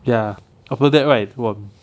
ya after that right !wah!